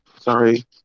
Sorry